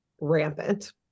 rampant